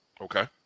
Okay